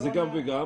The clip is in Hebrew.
זה גם וגם.